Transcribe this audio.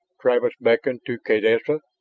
travis beckoned to kaydessa,